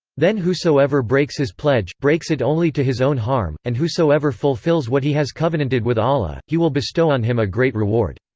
then whosoever breaks his pledge, breaks it only to his own harm, and whosoever fulfils what he has covenanted with allah, he will bestow on him a great reward.